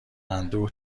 اندوه